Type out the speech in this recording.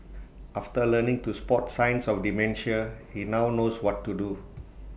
after learning to spot signs of dementia he now knows what to do